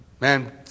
Man